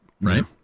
Right